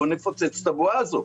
בוא נפוצץ את הבועה הזו.